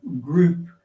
group